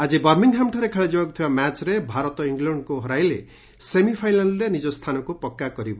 ଆଜି ବର୍ମିଂହାମ୍ଠାରେ ଖେଳାଯିବାକୁ ଥିବା ମ୍ୟାଚ୍ରେ ଭାରତ ଇଂଲଣ୍ଡକୁ ହରାଇଲେ ସେମିଫାଇନାଲ୍ରେ ନିଜ ସ୍ଥାନକୁ ପକ୍କା କରିବ